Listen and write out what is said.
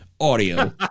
audio